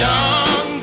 Young